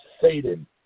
Satan